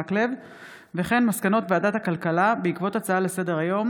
מיכל וולדיגר ועאידה תומא סלימאן